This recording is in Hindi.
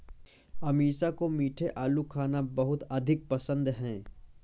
अमीषा को मीठे आलू खाना बहुत अधिक पसंद है